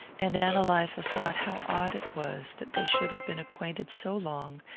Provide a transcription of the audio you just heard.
and ann eliza thought how odd it was that they should have been acquainted so long,